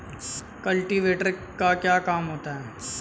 Cultivator का क्या काम होता है?